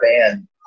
band